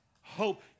hope